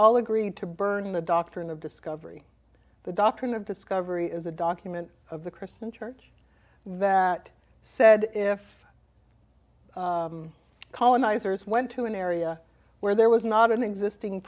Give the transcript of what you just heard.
all agreed to burn the doctrine of discovery the doctrine of discovery is a document of the christian church that said if colonizers went to an area where there was not an existing